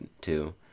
two